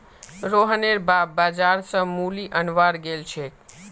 रोहनेर बाप बाजार स मूली अनवार गेल छेक